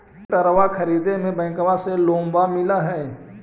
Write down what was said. ट्रैक्टरबा खरीदे मे बैंकबा से लोंबा मिल है?